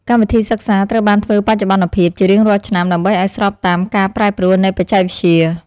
កម្មវិធីសិក្សាត្រូវបានធ្វើបច្ចុប្បន្នភាពជារៀងរាល់ឆ្នាំដើម្បីឱ្យស្របតាមការប្រែប្រួលនៃបច្ចេកវិទ្យា។